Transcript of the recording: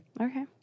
Okay